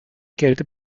kälte